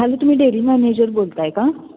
hello तुम्ही dairy manager बोलताय का